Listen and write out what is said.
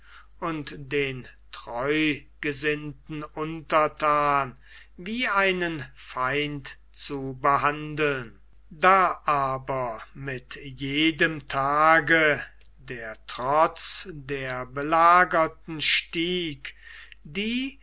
und den treugesinnten unterthan wie einen feind zu behandeln da aber mit jedem tage der trotz der belagerten stieg die